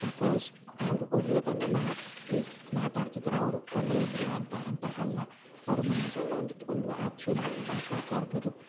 suppose ಅವರು ಒಳ್ಳೆದನ್ನು ಮಾ ತಿ ಮಾತಾಡ್ತಿದ್ದರೆ ಅವರು ಒಳ್ಳೆಯವ್ರು ಅಂತ ಅಂತ ಅಲ್ಲ ಅವರು ಮನಸ್ಸಲ್ಲೊಂದು ಇಟ್ಕೊಂಡು ಆಚೆಯಲ್ಲೂ ಮಾತಾಡ್ತಾ ಇರ್ಬೌದು